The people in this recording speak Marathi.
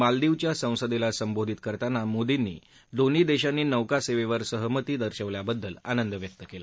मालदीविच्या संसदेला संबोधित करताना मोदींनी दोन्ही देशानि नौका सेवेवर सहमत दर्शवल्याबद्दल आनंद व्यक्त केला